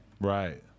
right